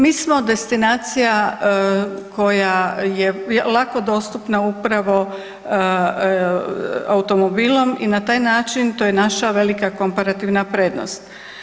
Mi smo destinacija koja je lako dostupna upravo automobilom i na taj način to je naša velika komparativna prednost.